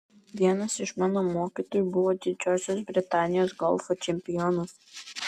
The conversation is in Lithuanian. vienas iš mano mokytojų buvo didžiosios britanijos golfo čempionas